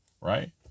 right